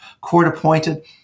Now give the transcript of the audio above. court-appointed